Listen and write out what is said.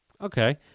Okay